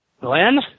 Glenn